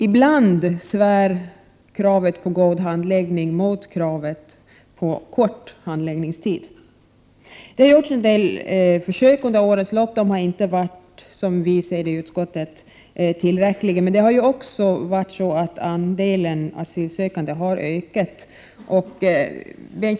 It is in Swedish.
Ibland står kravet på god handläggning mot kravet på kort handläggningstid. Det har gjorts en del försök under årens lopp. Men enligt utskottets mening har de inte varit tillräckliga. Antalet asylsökande har ju också ökat.